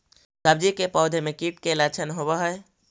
सब्जी के पौधो मे कीट के लच्छन होबहय?